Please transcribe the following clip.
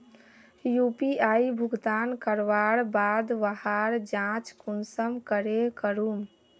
UPI भुगतान करवार बाद वहार जाँच कुंसम करे करूम?